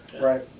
Right